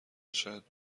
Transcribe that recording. شاید